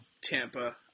Tampa